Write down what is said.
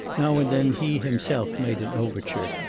now and then he himself made an overture,